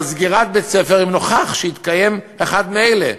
סגירת בית-ספר אם נוכח שהתקיים אחד מאלה.